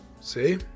See